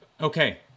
Okay